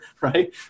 right